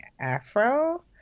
afro